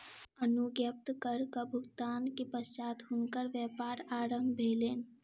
अनुज्ञप्ति करक भुगतान के पश्चात हुनकर व्यापार आरम्भ भेलैन